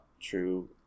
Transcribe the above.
true